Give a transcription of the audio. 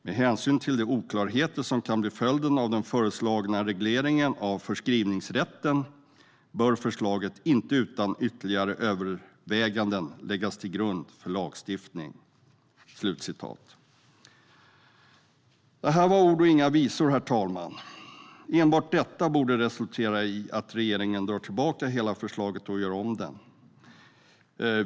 Med hänsyn till de oklarheter som kan bli följden av den föreslagna regleringen av föreskriftsrätten bör förslagen inte utan ytterligare överväganden läggas till grund för lagstiftning." Det var ord och inga visor, herr talman. Enbart detta borde resultera i att regeringen drar tillbaka hela förslaget och gör om det.